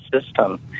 System